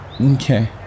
Okay